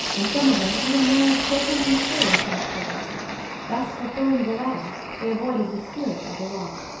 and some of them even married children in the cradle for that purpose thus fulfilling the letter, they avoided the spirit of the law,